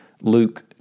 Luke